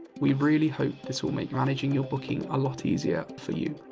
we really hope this will make managing your booking a lot easier for you.